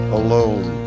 alone